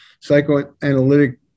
psychoanalytic